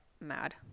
mad